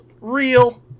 real